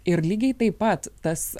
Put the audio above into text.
ir lygiai taip pat tas